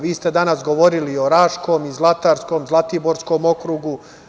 Vi ste danas govorili o Raškom i Zlatarskom, Zlatiborskom okrugu.